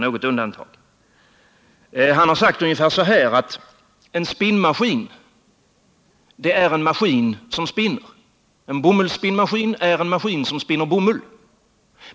Marx har sagt ungefär så här: En spinnmaskin är en maskin som spinner. En bomullsspinnmaskin är en maskin som spinner bomull.